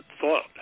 thought